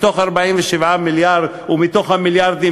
מתוך 47 מיליארד ומתוך המיליארדים